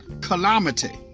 calamity